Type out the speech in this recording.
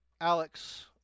Alex